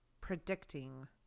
predicting